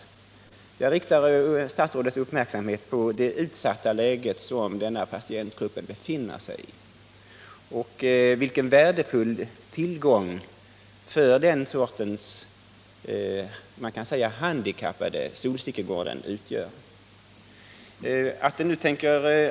Jag vill rikta statsrådets uppmärksamhet på det utsatta läge som denna patientgrupp befinner sig i och på den värdefulla tillgång som Solstickegården utgör för denna grupp.